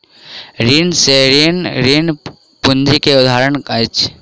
bank से ऋण, ऋण पूंजी के उदाहरण अछि